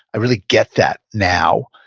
i really get that now.